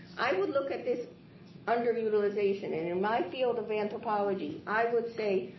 i would look at this underutilization. and in my field of anthropology, i would say,